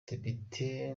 depite